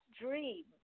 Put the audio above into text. dream